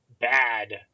bad